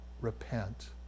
repent